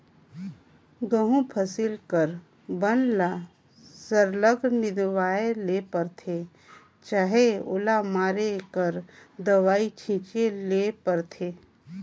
गहूँ फसिल कर बन ल सरलग निंदवाए ले परथे चहे ओला मारे कर दवई छींचे ले परथे